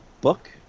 book